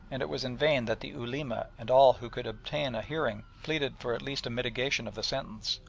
and it was in vain that the ulema and all who could obtain a hearing pleaded for at least a mitigation of the sentence.